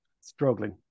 struggling